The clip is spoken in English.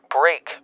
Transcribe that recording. break